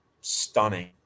stunning